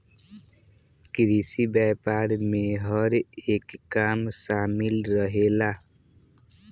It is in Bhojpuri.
कृषि व्यापार में हर एक काम शामिल रहेला